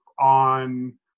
on